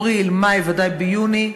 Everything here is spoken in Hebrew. אפריל, מאי, ודאי ביוני,